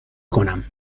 کنم